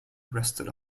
rested